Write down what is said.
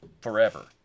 forever